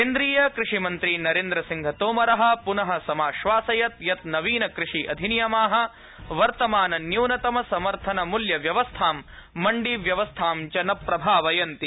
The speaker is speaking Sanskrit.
केन्द्रीय कृषिमन्त्री नोन्द्र सिंह तोमर पुन प्रोक्तवान् यत् नवीनकृषि अधिनियमा वर्तमान न्यूनतम समर्थन मूल्य व्यवस्थां मण्डीव्यवस्थां च न प्रभावयन्ति